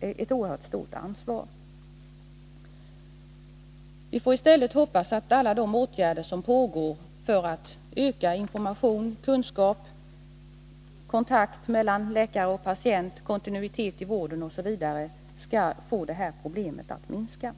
ett oerhört stort ansvar. Vi får i stället hoppas att alla de åtgärder som vidtas för att öka information och kunskap samt kontakt mellan läkare och patienter, kontinuitet i vården osv. skall få detta problem att minska.